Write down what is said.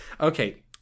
okay